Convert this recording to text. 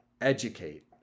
educate